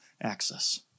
access